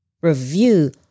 review